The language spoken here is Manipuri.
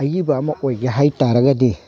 ꯑꯏꯕ ꯑꯃ ꯑꯣꯏꯒꯦ ꯍꯥꯏꯇꯔꯒꯗꯤ